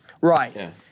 right